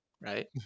right